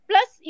Plus